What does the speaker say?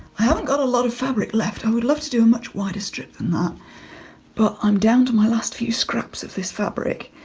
i haven't got a lot of fabric left. i would love to do a much wider strip than that but i'm down to my last few scraps of this fabric.